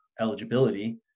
eligibility